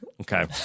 okay